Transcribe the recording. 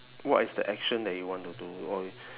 what is the action that you want to do or you